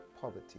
poverty